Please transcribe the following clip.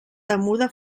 temuda